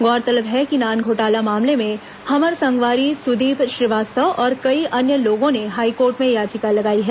गौरतलब है कि नान घोटाला मामले में हमर संगवारी सुदीप श्रीवास्तव और कई अन्य लोगों ने हाईकोर्ट में याचिका लगाई है